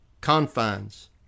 confines